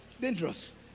Dangerous